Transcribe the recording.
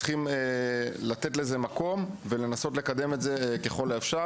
אנחנו צריכים לתת לזה את המקום ולנסות ככל האפשר